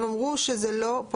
הם אמרו שזה לא,